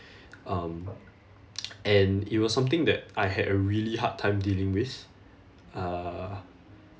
um and it was something that I had a really hard time dealing with uh